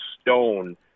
stone